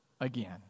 again